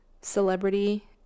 celebrity